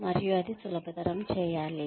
మరియు అది సులభతరం చేయాలి